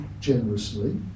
generously